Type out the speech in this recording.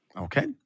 Okay